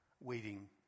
waiting